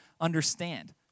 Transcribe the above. understand